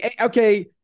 Okay